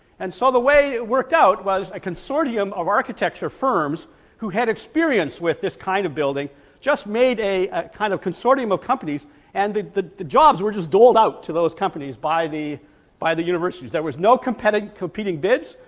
and so the way it worked out was a consortium of architecture firms who had experience with this kind of building just made a kind of consortium of companies and the the jobs were just doled out to those companies by the by the universities. there was no competing competing bids,